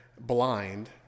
blind